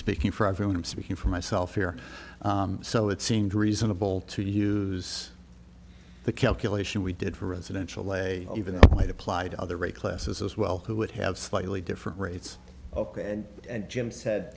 speaking for everyone i'm speaking for myself here so it seemed reasonable to use the calculation we did for residential lay even might apply to other rate classes as well who would have slightly different rates ok and jim said